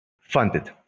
Funded